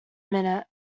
minute